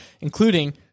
including